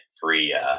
free